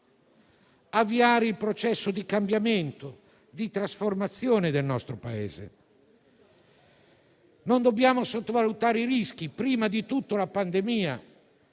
avviare il processo di cambiamento e di trasformazione del nostro Paese, ma non dobbiamo sottovalutare i rischi, prima di tutto la pandemia.